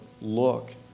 look